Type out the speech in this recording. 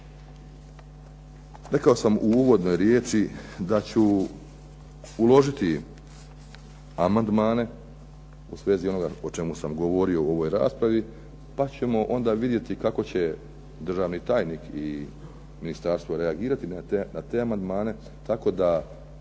Rekao sam u uvodnoj riječi da ću uložiti amandmane u svezi onoga o čemu sam govorio u ovoj raspravi, pa ćemo onda vidjeti kao će državni tajnik i ministarstvo reagirati na te amandmane, tako da